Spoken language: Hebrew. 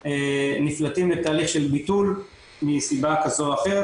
נפלטים לתהליך של ביטול מסיבה כזאת או אחרת,